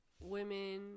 women